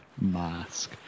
mask